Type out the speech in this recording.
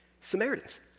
Samaritans